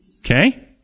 Okay